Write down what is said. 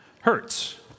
hurts